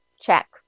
check